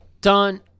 Done